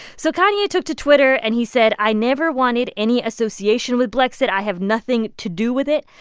so kanye took to twitter, and he said, i never wanted any association with blexit. i have nothing to do with it.